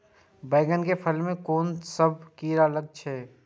बैंगन के फल में कुन सब कीरा लगै छै यो?